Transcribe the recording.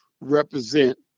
represent